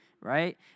right